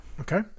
Okay